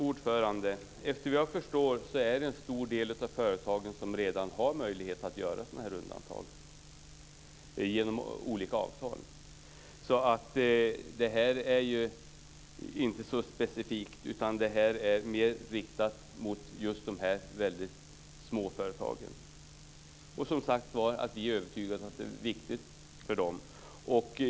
Herr talman! Såvitt jag förstår har en stor del av företagen redan möjlighet att göra sådana här undantag genom olika avtal. Det här är inte så specifikt, utan det här är mer riktat mot småföretagen. Vi är, som sagt, övertygade om att detta är viktigt för dem.